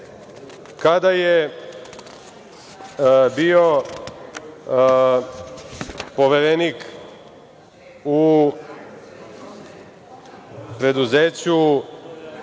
kada je bio poverenik u preduzeću,